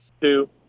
Two